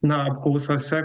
na apklausose